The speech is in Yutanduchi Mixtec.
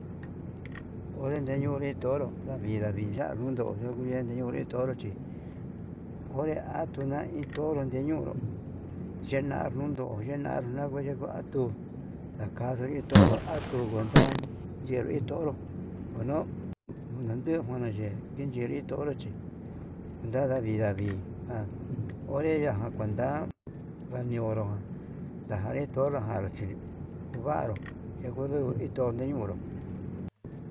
Onré yendoré toro davii ya'a nduto yavidente onre toro chí ore atuna hi tonro ndeí ñonro chinda nuyo'o ye'e na'a nakua negua tuu, ndaka seguir toro atuu kuenta yenra hi toro ono ndandukuna ye'é, hi yeli toro chí nadavi ndavii nda onre yaján kuenta ndañonró, ndare toro janro chí kuaro yeto nitunru.